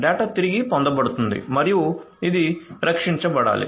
data తిరిగి పొందబడుతోంది మరియు ఇది రక్షించబడాలి